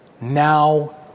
now